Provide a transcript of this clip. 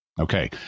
Okay